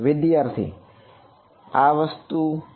વિદ્યાર્થી આ વસ્તુ બરાબર